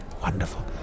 Wonderful